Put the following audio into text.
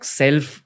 self